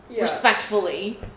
Respectfully